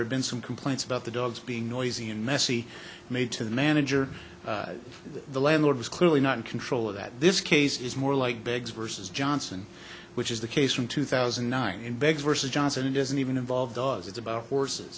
have been some complaints about the dogs being noisy and messy made to the manager the landlord was clearly not in control of that this case is more like pigs versus johnson which is the case from two thousand and nine in bags versus johnson it isn't even involved dogs it's about horses